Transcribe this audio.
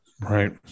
Right